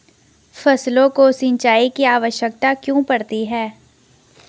फसलों को सिंचाई की आवश्यकता क्यों पड़ती है?